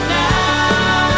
now